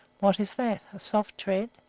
what is that? a soft tread?